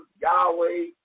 Yahweh